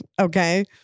Okay